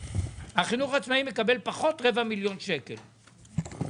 החינוך העצמאי מקבל פחות רבע מיליון שקלים פחות.